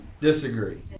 Disagree